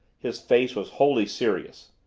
his face was wholly serious.